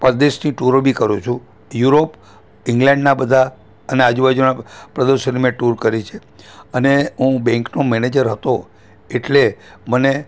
પરદેશની ટુરો બી કરું છું યુરોપ ઈંગ્લેન્ડના બધા અને આજુબાજુના પ્રદેશોની મેં ટુર કરી છે અને હું બેન્કનો મેનેજર હતો એટલે મને